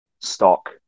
stock